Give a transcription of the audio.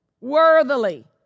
worthily